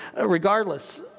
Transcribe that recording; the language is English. regardless